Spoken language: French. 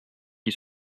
qui